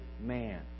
man